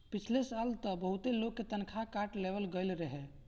पिछला साल तअ बहुते लोग के तनखा काट लेहल गईल रहे